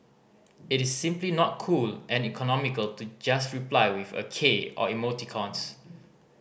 it is simply not cool and economical to just reply with a k or emoticons